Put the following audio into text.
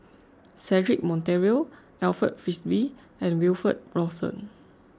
Cedric Monteiro Alfred Frisby and Wilfed Lawson